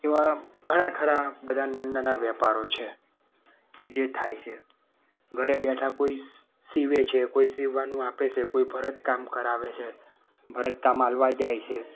એવા ઘણા ખરા બધા નાનનાના વેપારો છે કે જે થાય છે ઘરે બેઠા કોઈ સ સીવે છે કોઈ સીવવાનું આપે છે કોઈ ભરતકામ કરાવે છે ભરત કામ આપવા જાય છે